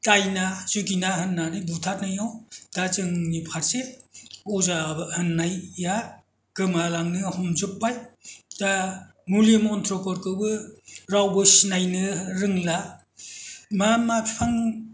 दायना जुगिना होननानै बुथारनायाव दा जोंनि फारसे अजा होननाया गोमालांनो हमजोब्बाय दा मुलि मन्थ्र'फोरखौबो रावबो सिनायनो रोंला मा मा बिफां